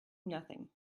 nothing